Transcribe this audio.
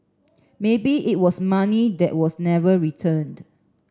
maybe it was money that was never returned